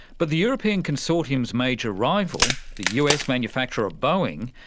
but the european consortium's major rival, the us manufacturer boeing,